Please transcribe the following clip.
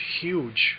huge